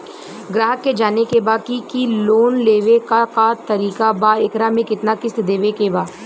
ग्राहक के जाने के बा की की लोन लेवे क का तरीका बा एकरा में कितना किस्त देवे के बा?